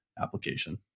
application